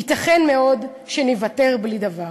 ייתכן מאוד שניוותר בלי דבר".